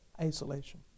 Isolation